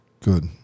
Good